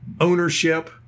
ownership